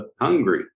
hungry